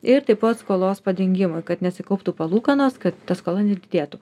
ir taip pat skolos padengimui kad nesikauptų palūkanos kad ta skola nedidėtų